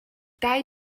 dau